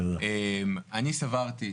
אני סברתי,